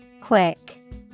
Quick